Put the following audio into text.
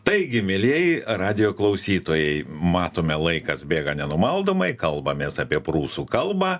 taigi mielieji radijo klausytojai matome laikas bėga nenumaldomai kalbamės apie prūsų kalbą